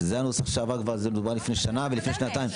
זה הנושא שעבר כבר ודובר לפני שנה ושנתיים.